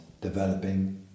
developing